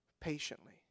patiently